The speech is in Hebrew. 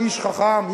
איש חכם,